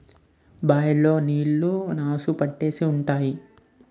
bye లో నీళ్లు నాసు పట్టేసి ఉంటాయి